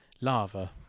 lava